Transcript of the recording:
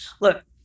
look